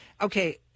Okay